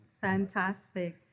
Fantastic